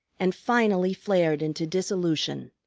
and finally flared into dissolution,